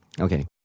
okay